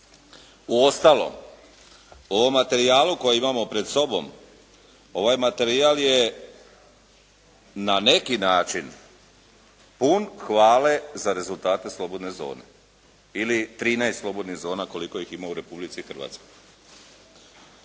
Uostalom, u materijalu koji imamo pred sobom ovaj materijal je na neki način pun hvale za rezultate slobodne zone ili 13 slobodnih zona koliko ih ima u Republici Hrvatskoj.